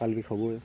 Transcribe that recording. কঁকাল বিষ হ'বই